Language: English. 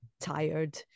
tired